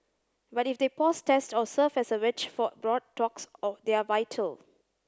but if they pause tests or serve as a wedge for broad talks or they're vital